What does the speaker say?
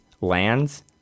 lands